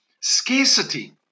scarcity